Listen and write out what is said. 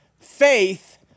faith